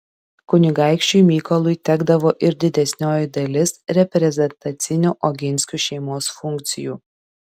kunigaikščiui mykolui tekdavo ir didesnioji dalis reprezentacinių oginskių šeimos funkcijų